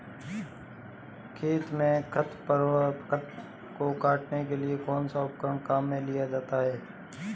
खेत में खरपतवार को काटने के लिए कौनसा उपकरण काम में लिया जाता है?